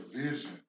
vision